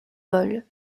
vol